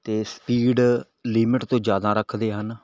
ਅਤੇ speed limit ਤੋਂ ਜ਼ਿਆਦਾ ਰੱਖਦੇ ਹਨ